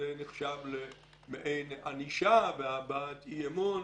וזה נחשב למעין ענישה והבעת אי-אמון.